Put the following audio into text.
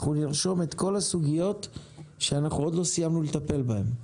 נרשום את כל הסוגיות שעוד לא סיימנו לטפל בהן,